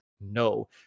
No